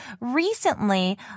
recently